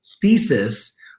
thesis